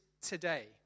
today